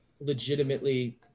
legitimately